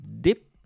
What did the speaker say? dip